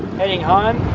heading home,